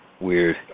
weird